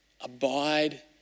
Abide